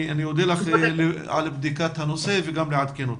אודה לך אם תבדקי את הנושא ותעדכני אותנו.